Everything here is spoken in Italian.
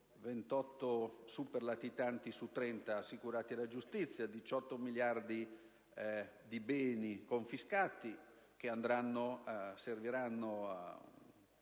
28 superlatitanti su 30 assicurati alla giustizia, 18 miliardi di beni confiscati che saranno